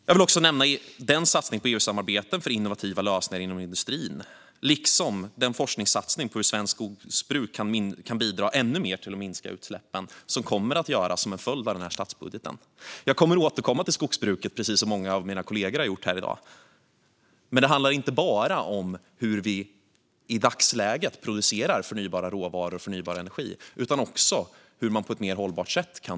Jag vill också nämna den satsning på EU-samarbeten för innovativa lösningar inom industrin liksom den forskningssatsning på hur svenskt skogsbruk kan bidra ännu mer till att minska utsläppen som kommer att göras som en följd av denna statsbudget. Jag kommer att återkomma till skogsbruket, precis som många av mina kollegor har gjort här i dag. Men det handlar inte bara om hur vi i dagsläget producerar förnybara råvaror och förnybar energi utan också om hur man kan bruka skogen på ett mer hållbart sätt.